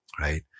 right